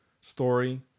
story